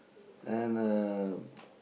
and a